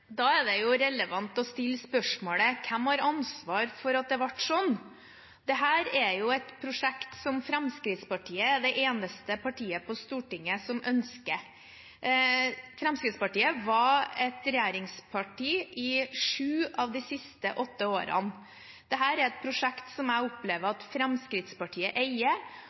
Da er det relevant å stille spørsmålet: Hvem har ansvar for at det ble sånn? Dette er et prosjekt som Fremskrittspartiet er det eneste partiet på Stortinget som ønsker. Fremskrittspartiet var regjeringsparti i sju av de siste åtte årene. Dette er et prosjekt som jeg opplever at Fremskrittspartiet eier,